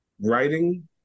writing